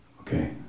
Okay